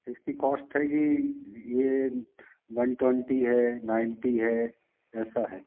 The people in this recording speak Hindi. इसकी कोस्ट आएगी यह वन ट्वेंटी है नाइंटी है ऐसा है